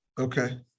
Okay